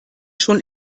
schon